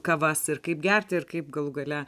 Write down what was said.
kavas ir kaip gerti ir kaip galų gale